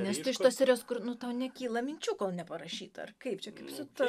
nes tu iš tos serijos kur nu tau nekyla minčių kol neparašyta ar kaip čia kaip su ta